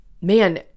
Man